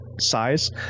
size